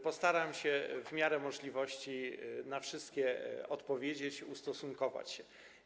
Postaram się w miarę możliwości na wszystkie odpowiedzieć, ustosunkować się.